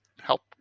help